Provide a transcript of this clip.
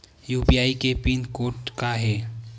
UPI के pin code का हे?